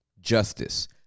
justice